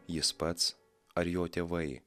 jis pats ar jo tėvai